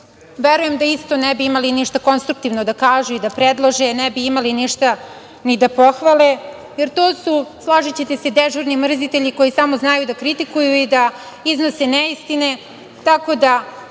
verujem da isto ne bi imali ništa konstruktivno da kažu i da predlože, ne bi imali ništa ni da pohvale, jer to su, složićete se, dežurni mrzitelji koji samo znaju da kritikuju i da iznose neistine, tako da